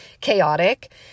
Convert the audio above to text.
chaotic